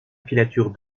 filature